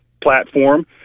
platform